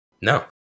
No